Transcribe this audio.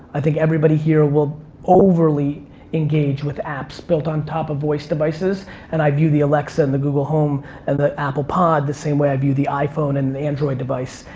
i think everybody here will overly engage with apps built on top of voice devices and i view the alexa and the google home and the apple pod the same way i view the iphone and the android device.